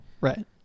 right